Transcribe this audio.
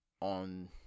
on